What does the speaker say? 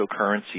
cryptocurrency